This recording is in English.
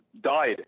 died